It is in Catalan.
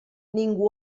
ningú